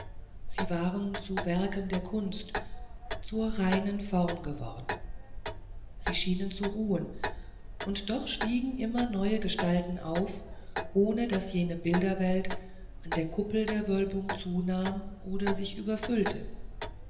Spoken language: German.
sie waren zu werken der kunst zu reinen formen geworden sie schienen zu ruhen und doch stiegen immer neue gestalten auf ohne daß jene bilderwelt an der kuppel der wölbung zunahm oder sich überfüllte